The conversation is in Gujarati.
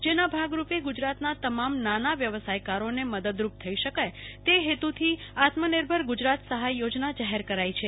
જેના ભાગરૂપે ગુજાતના તમામ નાના વ્યવસાયકારોને મદદરુપ થઈ શકાય તે હેતુથી આત્મનિર્ભર ગુજરાત સહાય યોજના જાહેર કરી છે